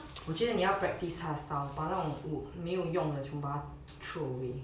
我觉得你要 practise 她的 style 把那些没有用的全把它 throw away